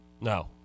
No